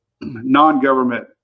non-government